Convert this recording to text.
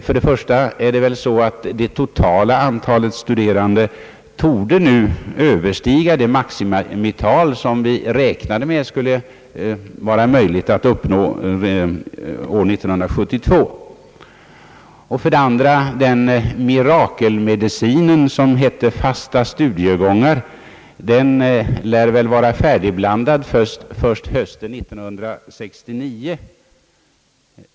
För det första torde det totala antalet studerande nu överstiga det maximital som vi räknade med skulle vara möjligt att uppnå år 1972. För det andra lär den mirakelmedicin som hette fasta studiegångar vara färdigblandad först hösten 1969.